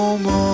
more